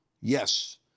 yes